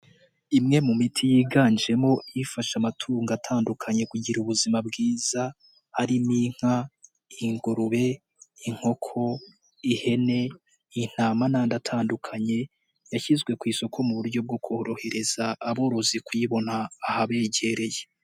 Imwe mu miti yiganjemo ifasha amatungo atandukanye kugira ubuzima bwiza harimo: inka, ingurube, inkoko, ihene, intama n'andi atandukanye yashyizwe ku isoko mu buryo bwo korohereza aborozi kuyibona ahabegereye.